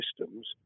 systems